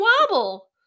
wobble